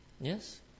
Yes